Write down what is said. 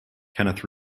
kenneth